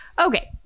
Okay